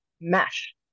MESH